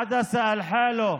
פתאום גמרת תיכון,